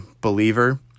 believer